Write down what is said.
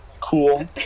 cool